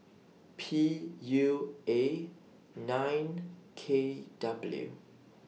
P U A nine K W